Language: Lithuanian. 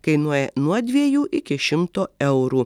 kainuoja nuo dviejų iki šimto eurų